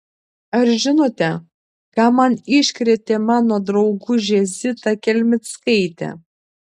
ar žinote ką man iškrėtė mano draugužė zita kelmickaitė